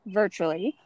virtually